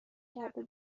کرده